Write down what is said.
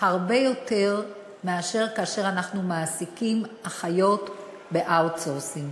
הרבה יותר מאשר כשאנחנו מעסיקים אחיות ב-outsourcing,